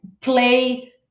play